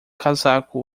casaco